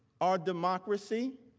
our democracy,